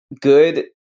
good